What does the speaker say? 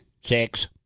six